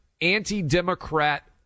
anti-Democrat